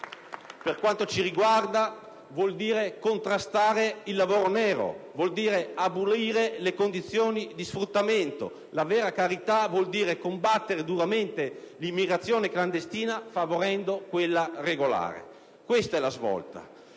per quanto ci riguarda, vuol dire contrastare il lavoro nero, abolire le condizioni di sfruttamento, combattere duramente l'immigrazione clandestina favorendo quella regolare. Questa è la svolta.